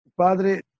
Padre